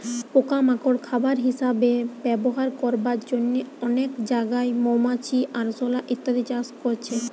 পোকা মাকড় খাবার হিসাবে ব্যবহার করবার জন্যে অনেক জাগায় মৌমাছি, আরশোলা ইত্যাদি চাষ করছে